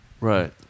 Right